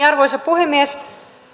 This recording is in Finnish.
arvoisa puhemies